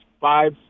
five